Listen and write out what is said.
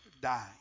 dying